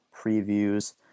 previews